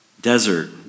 desert